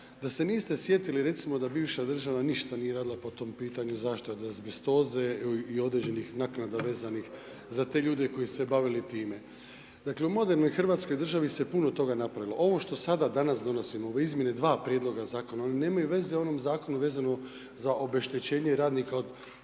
da se niste sjetili, recimo, da bivša država ništa nije radila po tome pitanju zaštita od azbestoze i određenih naknada vezanih za te ljude koji su se bavili time. Dakle, u modernoj RH se puno toga napravilo. Ovo što sada danas donosimo, ove izmjene dva Prijedloga Zakona, oni nemaju veze onom Zakonu vezano za obeštećenje radnika od